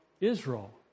Israel